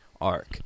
arc